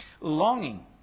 longing